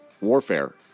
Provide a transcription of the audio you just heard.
warfare